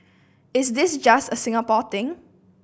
is this just a Singapore thing